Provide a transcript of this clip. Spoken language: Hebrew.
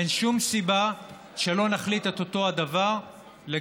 אין שום סיבה שלא נחליט את אותו הדבר לגבי